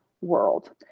world